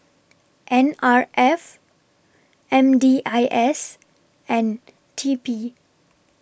N R F M D I S and T P